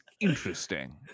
interesting